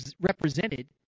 represented